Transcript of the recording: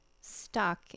stuck